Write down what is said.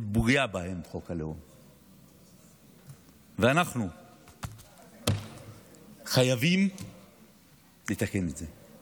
חוק הלאום פוגע בהם, ואנחנו חייבים לתקן את זה.